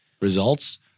results